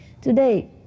Today